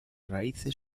raíces